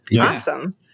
Awesome